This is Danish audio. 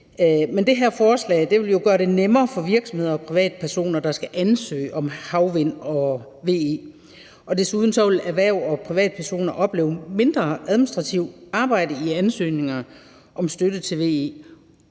Men det her forslag vil jo gøre det nemmere for virksomheder og privatpersoner, der skal ansøge om at producere el fra havvind og anden VE. Desuden vil erhverv og privatpersoner opleve mindre administrativt arbejde i forbindelse med ansøgninger om støtte til VE.